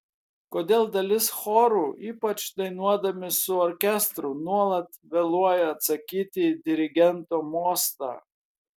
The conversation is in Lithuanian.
kodėl dalis chorų ypač dainuodami su orkestru nuolat vėluoja atsakyti į dirigento mostą